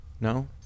No